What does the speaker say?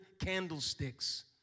candlesticks